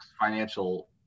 financial